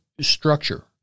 structure